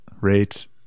rate